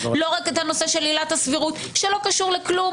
לא רק את הנושא של עילת הסבירות שלא קשור לכלום